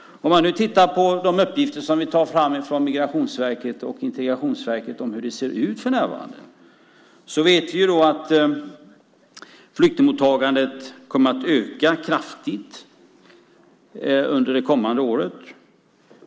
Uppgifter från Migrationsverket och Integrationsverket om hur det ser ut för närvarande visar att flyktingmottagandet kommer att öka kraftigt under det kommande året.